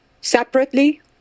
separately